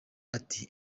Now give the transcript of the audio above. ati